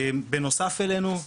בנוסף אלינו,